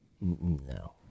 No